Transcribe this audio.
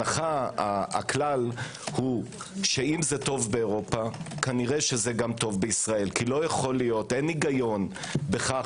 הכלל הוא שאם זה טוב באירופה כנראה זה גם טוב בישראל כי אין היגיון בכך